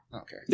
Okay